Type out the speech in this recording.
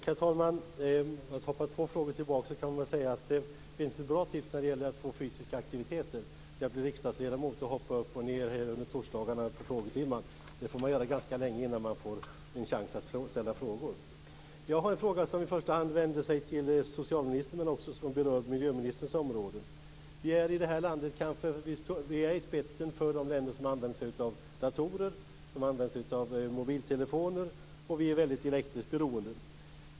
Herr talman! För att hoppa tillbaka ett steg i debatten kan jag säga att ett bra tips för den som vill ha fysisk aktivitet är att bli riksdagsledamot. Man får ganska länge hoppa upp och ned i bänken under kammarens frågetimme innan man får en chans att ställa en fråga. Jag har en fråga som i första hand vänder sig till socialministern men som också berör miljöministerns område. Vårt land är i främsta ledet bland de länder som använder datorer och mobiltelefoner, och vi är i hög grad elektriskt beroende.